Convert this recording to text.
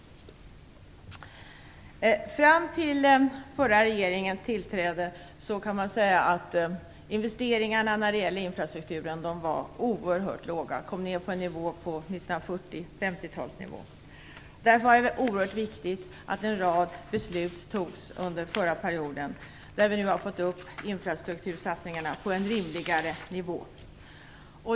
Fram till det att den förra regeringen tillträdde kan man säga att investeringarna när det gällde infrastrukturen var oerhört låga. De var nere på 1940 och 1950-talsnivå. Därför var det oerhört viktigt att en rad beslut fattades under förra mandatperioden. Vi har nu fått upp infrastruktursatsningarna på en rimlig nivå.